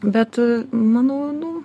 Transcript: bet manau nu